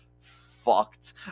fucked